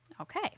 Okay